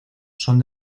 son